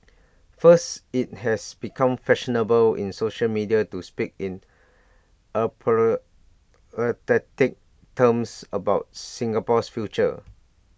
first IT has become fashionable in social media to speak in terms about Singapore's future